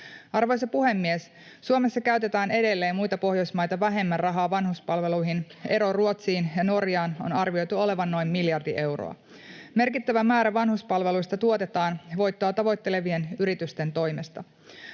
Arvoisa puhemies! Suomessa käytetään edelleen muita Pohjoismaita vähemmän rahaa vanhuspalveluihin. Eron Ruotsiin ja Norjaan on arvioitu olevan noin miljardi euroa. Merkittävä määrä vanhuspalveluista tuotetaan voittoa tavoittelevien yritysten toimesta.